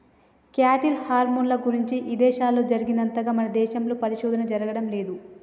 cattle హార్మోన్ల గురించి ఇదేశాల్లో జరిగినంతగా మన దేశంలో పరిశోధన జరగడం లేదు